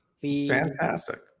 Fantastic